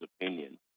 opinion